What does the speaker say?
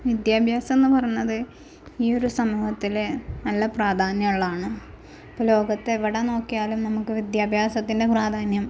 വിദ്യാഭ്യാസം എന്ന് പറഞ്ഞത് ഈ ഒരു സമൂഹത്തിൽ നല്ല പ്രാധാന്യം ഉള്ളതാണ് ഇപ്പോൾ ലോകത്തെവിടെ നോക്കിയാലും നമുക്ക് വിദ്യാഭ്യാസത്തിന്റെ പ്രാധാന്യം